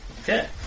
Okay